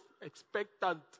expectant